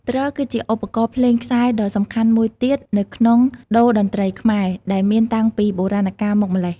ទ្រ គឺជាឧបករណ៍ភ្លេងខ្សែដ៏សំខាន់មួយទៀតនៅក្នុងតូរ្យតន្ត្រីខ្មែរ ដែលមានតាំងពីបុរាណកាលមកម្ល៉េះ។